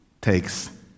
takes